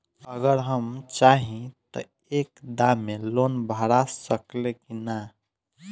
अगर हम चाहि त एक दा मे लोन भरा सकले की ना?